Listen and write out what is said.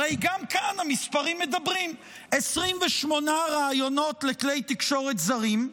הרי גם כאן המספרים מדברים: 28 ראיונות לכלי תקשורת זרים,